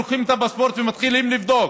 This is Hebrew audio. לוקחים את הפספורט ומתחילים לבדוק.